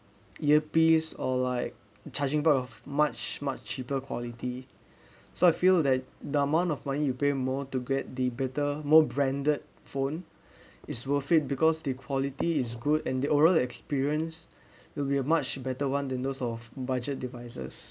ear piece or like charging part of much much cheaper quality so I feel that the amount of money you pay more to get the better more branded phone is worth it because the quality is good and the overall experience will be a much better one than those of budget devices